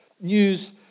news